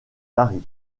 paris